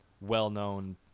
well-known